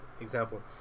example